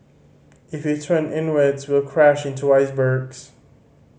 if we turn inwards we'll crash into icebergs